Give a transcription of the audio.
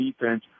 defense